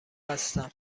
هستم